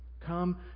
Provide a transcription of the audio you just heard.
Come